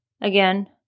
Again